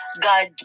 God